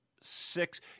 six